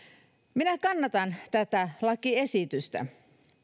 minä kannatan tätä lakiesitystä